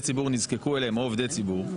ציבור נזקקו אליהם או עובדי ציבור,